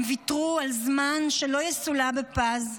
הם ויתרו על זמן שלא יסולא בפז,